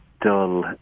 dull